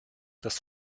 dass